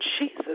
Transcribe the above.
Jesus